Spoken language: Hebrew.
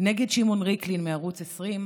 נגד שמעון ריקלין מערוץ 20,